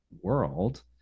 world